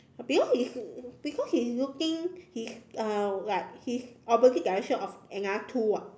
because he's because he's looking he's uh like he's opposite direction of another two [what]